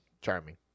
charming